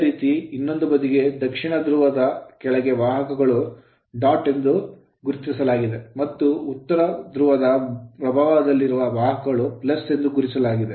ಅದೇ ರೀತಿ ಇನ್ನೊಂದು ಬದಿಗೆ ದಕ್ಷಿಣ ಧ್ರುವದ ಕೆಳಗೆ ವಾಹಕಗಳನ್ನು ಎಂದು ಗುರುತಿಸಲಾಗಿದೆ ಮತ್ತು ಉತ್ತರ ಧ್ರುವದ ಪ್ರಭಾವದಲ್ಲಿರುವ ವಾಹಕವನ್ನು ಎಂದು ಗುರುತಿಸಲಾಗಿದೆ